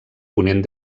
ponent